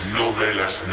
novelas